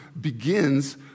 begins